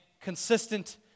consistent